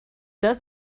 does